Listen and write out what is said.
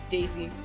Daisy